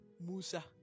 Musa